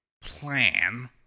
plan